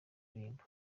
indirimbo